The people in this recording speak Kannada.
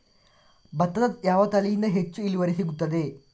ಭತ್ತದ ಯಾವ ತಳಿಯಿಂದ ಹೆಚ್ಚು ಇಳುವರಿ ಸಿಗುತ್ತದೆ?